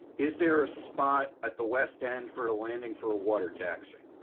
is there a spot at the west end for ah lending for a water taxi.